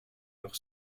leur